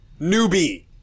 Newbie